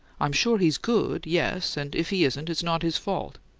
i'm sure he's good, yes and if he isn't, it's not his fault.